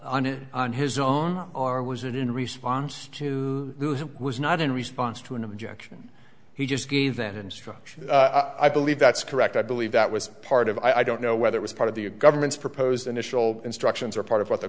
it on his own are was it in response to that was not in response to an objection he just gave that instruction i believe that's correct i believe that was part of i don't know whether it was part of the government's proposed initial instructions or part of what the